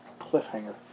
cliffhanger